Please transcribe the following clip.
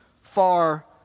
far